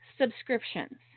subscriptions